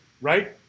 Right